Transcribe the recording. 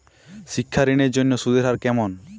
শিক্ষা ঋণ এর জন্য সুদের হার কেমন?